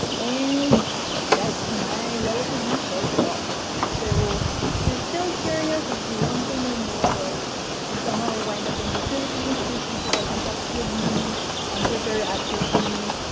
and that's my relatively short talk. so if you're still curious, if you want to know more or you somehow wind up in the philippines feel free to get in touch with me on twitter at sofimi.